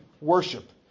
worship